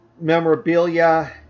memorabilia